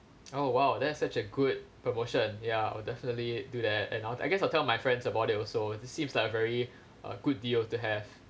oh !wow! that's such a good promotion ya I'll definitely do that and I'll I guess I'll tell my friends about it also it seems like a very uh good deal to have